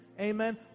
Amen